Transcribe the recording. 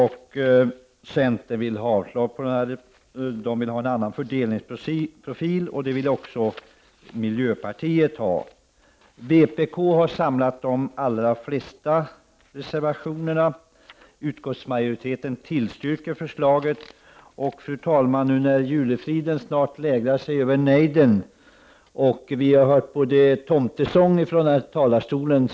Centern yrkar avslag och vill ha en annan fördelningsprofil. Detsamma gäller miljöpartiet. Vpk står för de flesta reservationerna. Utskottsmajoriteten tillstyrker förslaget i fråga. Fru talman! Julefriden lägger sig snart över nejden, och vi har hört tomtesång från den här talarstolen.